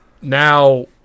now